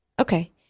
okay